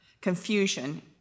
confusion